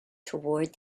toward